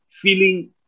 feeling